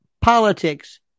politics